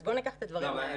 אז בוא ניקח את הדברים -- למה?